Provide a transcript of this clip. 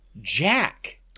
Jack